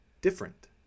different